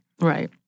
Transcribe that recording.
Right